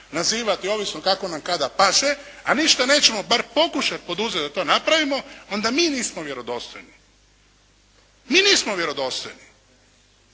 nazivati ovisno kako nam kada paše, a ništa neće bar pokušati poduzeti da to napravimo, onda mi nismo vjerodostojni. Mi nismo vjerodostojni.